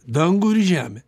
dangų ir žemę